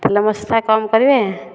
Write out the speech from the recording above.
ତେଲ ମସଲା କମ କରିବେ